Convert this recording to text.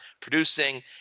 producing